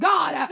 God